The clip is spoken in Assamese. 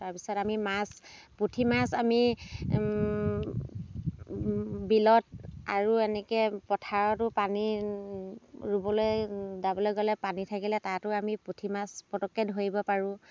তাৰ পিছত আমি মাছ পুঠি মাছ আমি বিলত আৰু এনেকৈ পথাৰতো পানী ৰুবলৈ দাবলৈ গ'লে পানী থাকিলে তাতো আমি পুঠি মাছ পটককৈ ধৰিব পাৰোঁ